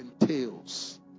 entails